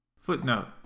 Footnote